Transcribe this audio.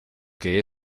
que